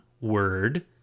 word